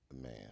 Man